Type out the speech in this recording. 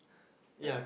yeah